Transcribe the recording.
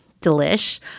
Delish